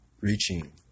reaching